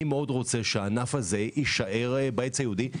אני מאוד רוצה שהענף הזה יישאר בעץ היהודי.